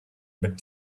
but